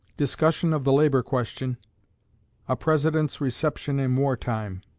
discussion of the labor question a president's reception in war time